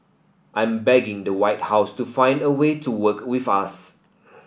I'm begging the White House to find a way to work with us